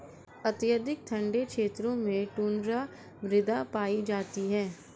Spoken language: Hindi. अत्यधिक ठंडे क्षेत्रों में टुण्ड्रा मृदा पाई जाती है